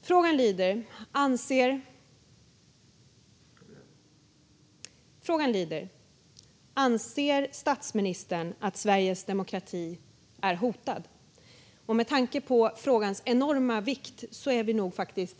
Frågan lyder: Anser statsministern att Sveriges demokrati är hotad? Med tanke på frågans enorma vikt är vi nog faktiskt